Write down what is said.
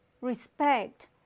respect